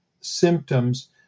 symptoms